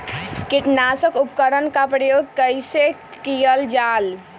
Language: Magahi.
किटनाशक उपकरन का प्रयोग कइसे कियल जाल?